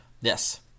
yes